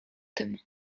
tym